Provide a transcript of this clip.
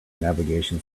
navigation